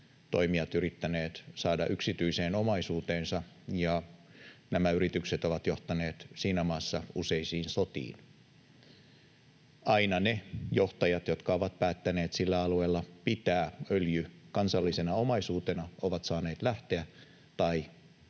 toimijat yrittäneet saada yksityiseksi omaisuudeksi, ja nämä yritykset ovat johtaneet siinä maassa useisiin sotiin. Aina ne johtajat, jotka ovat päättäneet sillä alueella pitää öljyn kansallisena omaisuutena, ovat saaneet lähteä tai